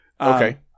okay